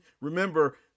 remember